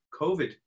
COVID